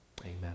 Amen